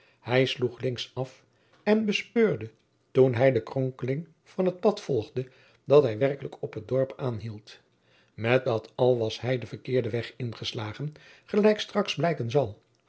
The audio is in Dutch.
hij sloeg linksaf en bespeurde toen hij de kronkelingen van het pad volgde dat hij werkelijk op het dorp aanhield met dat al was hij den verkeerden weg ingeslagen gelijk straks blijken zal